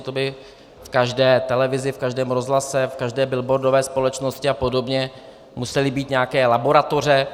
To by v každé televizi, v každém rozhlase, v každé billboardové společnosti a podobně musely být nějaké laboratoře.